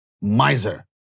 miser